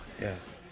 yes